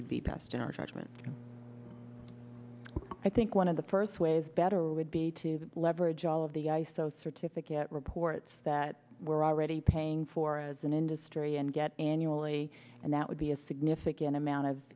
would be passed in our judgment i think one of the first ways better would be to leverage all of the iso certificate reports that we're already paying for as an industry and get annually and that would be a significant amount of